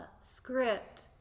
script